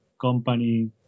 company